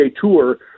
tour